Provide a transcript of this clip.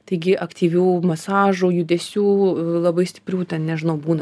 taigi aktyvių masažų judesių labai stiprių ten nežinau būna